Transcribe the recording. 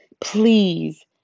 Please